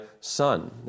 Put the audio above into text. son